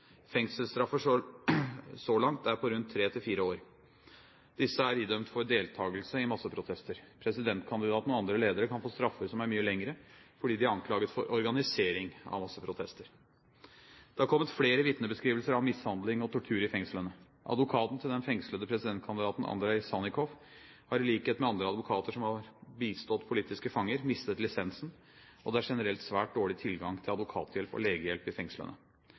Fengselsstraffer så langt er på rundt tre til fire år. Disse er idømt for deltakelse i masseprotester. Presidentkandidatene og andre ledere kan få straffer som er mye lengre, fordi de er anklaget for organisering av masseprotester. Det har kommet flere vitnebeskrivelser av mishandling og tortur i fengslene. Advokaten til den fengslede presidentkandidaten Andrei Sannikov har, i likhet med andre advokater som har bistått politiske fanger, mistet lisensen, og det er generelt svært dårlig tilgang til advokathjelp og legehjelp i fengslene.